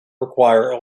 require